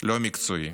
ולא מקצועי.